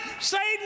Satan